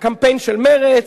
הקמפיין של מרצ,